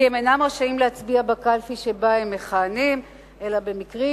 כי הם אינם רשאים להצביע בקלפי שבה הם מכהנים אלא במקרים